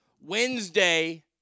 Wednesday